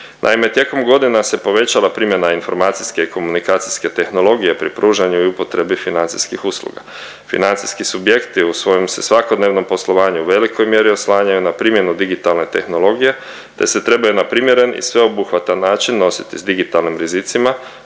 Naime, tijekom godina se povećava primjena informacijske i komunikacijske tehnologije pri pružanju i upotrebi financijskih usluga. Financijski subjekti u svojem se svakodnevnom poslovanju u velikoj mjeri oslanjaju na primjenu digitalne tehnologije te se trebaju na primjeren i sveobuhvatan način nositi s digitalnim rizicima